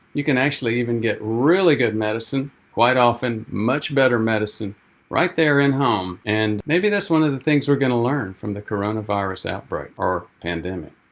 you can actually even get really good medicine quite often, much better medicine right there in home. and maybe that's one of the things we're gonna learn from the coronavirus outbreak or pandemic.